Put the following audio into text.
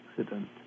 accident